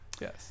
Yes